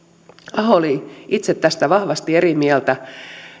aho oli itse tästä vahvasti eri mieltä